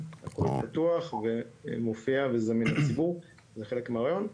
זה פתוח מופיע וזמין לציבור, זה חלק מהרעיון.